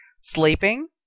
Sleeping